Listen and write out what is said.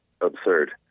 absurd